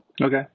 Okay